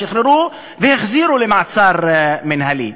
שחררו והחזירו למעצר מינהלי.